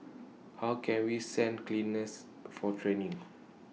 how can we send cleaners for training